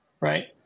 right